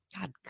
God